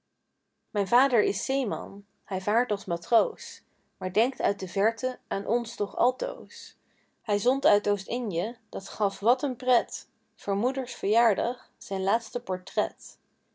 mijn vader is zeeman hij vaart als matroos maar denkt uit de verte aan ons toch altoos hij zond uit oostinje dat gaf wat een pret voor moeders verjaardag zijn laatste portret